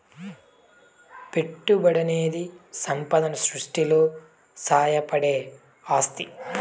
పెట్టుబడనేది సంపద సృష్టిలో సాయపడే ఆస్తి